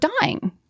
dying